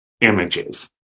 images